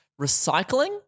Recycling